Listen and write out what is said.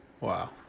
Wow